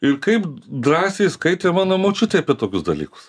ir kaip drąsiai skaitė mano močiutė apie tokius dalykus